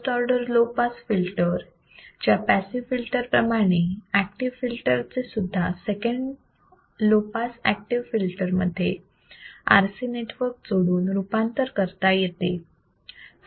first order low pass filter च्या passive filter प्रमाणे active filter चे सुद्धा second low pass active filter मध्ये RC नेटवर्क जोडून रूपांतर करता येते